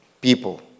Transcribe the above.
people